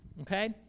okay